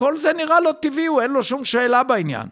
כל זה נראה לו טבעי, הוא אין לו שום שאלה בעניין.